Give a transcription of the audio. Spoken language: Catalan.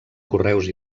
correus